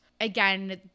again